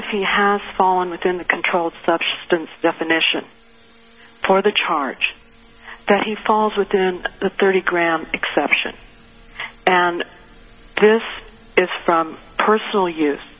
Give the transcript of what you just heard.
if he has fallen within the controlled substance definition for the charge that he falls within the thirty gram exception and this is from personal use